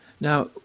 Now